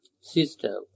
sister